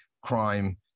crime